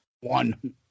one